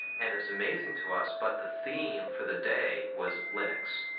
and it was amazing to us, but the theme for the day was linux.